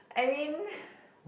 I mean